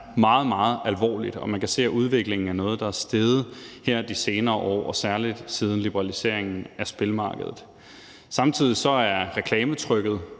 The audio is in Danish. meget alvorligt, og man kan se, at den udvikling er steget her de senere år, og særlig siden liberaliseringen af spilmarkedet. Samtidig er reklametrykket